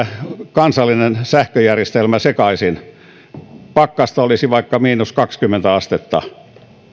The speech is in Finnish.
kansallinen sähköjärjestelmämme sekaisin pakkasta olisi vaikka miinus kaksikymmentä astetta